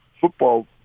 football